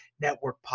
Network